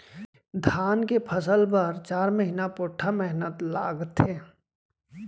धान के फसल बर चार महिना पोट्ठ मेहनत लागथे